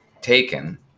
taken